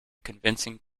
convincing